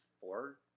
four